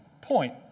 point